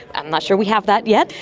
i'm not sure we have that yet.